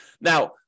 Now